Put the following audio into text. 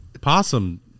possum